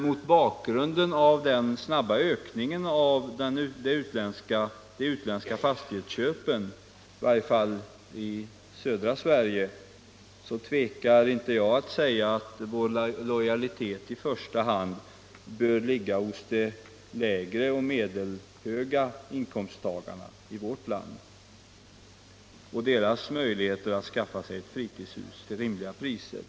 Mot bakgrund av den snabba ökningen av de utländska fastighetsuppköpen -— i varje fall i södra Sverige — tvekar jag inte att säga att vår lojalitet i första hand bör gälla de lägre och medelhöga inkomsttagarna i vårt land och deras möjligheter att skaffa Nr 96 sig fritidshus till rimliga priser.